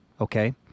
okay